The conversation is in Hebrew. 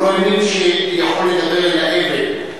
הוא לא האמין שהוא יכול לדבר אל האבן.